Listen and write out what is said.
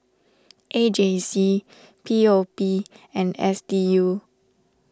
A J C P O P and S D U